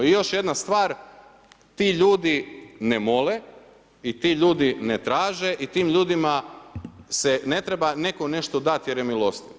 I još jedna stvar, ti ljudi, ne mole i ti ljudi ne traže i tim ljudima se ne treba netko nešto dati jer je milostiv.